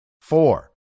Four